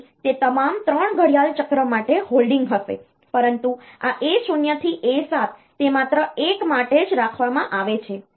તેથી તે તમામ 3 ઘડિયાળ ચક્ર માટે હોલ્ડિંગ હશે પરંતુ આ A0 થી A7 તે માત્ર એક માટે જ રાખવામાં આવે છે